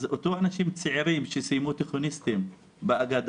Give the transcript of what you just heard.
אותם אנשים צעירים שסיימו תיכון בגדה,